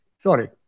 Sorry